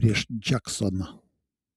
prieš džeksoną